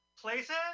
Places